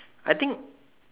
I think